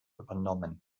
übernommen